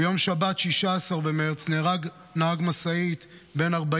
ביום שבת 16 במרץ נהרג נהג משאית בן 40